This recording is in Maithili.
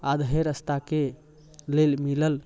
आधे रास्ताके लेल मिलल